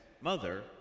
Mother